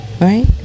right